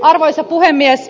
arvoisa puhemies